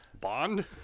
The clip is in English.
Bond